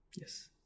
yes